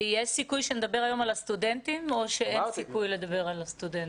יש סיכוי שנדבר היום על הסטודנטים או שאין סיכוי לדבר על הסטודנטים?